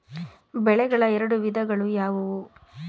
ಬೆಳೆಗಳ ಎರಡು ವಿಧಗಳು ಯಾವುವು?